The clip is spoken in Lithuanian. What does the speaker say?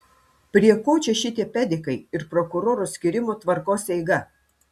prie ko čia šitie pedikai ir prokuroro skyrimo tvarkos eiga